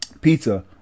pizza